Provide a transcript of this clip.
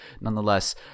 nonetheless